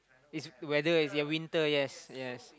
it's weather it's yeah winter yes yes